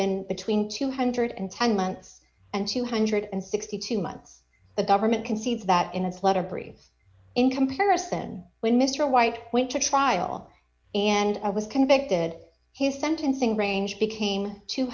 been between two hundred and ten months and two hundred and sixty two months the government concedes that in his letter bre in comparison when mr white went to trial and i was convicted his sentencing range became two